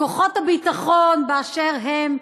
כוחות הביטחון באשר הם,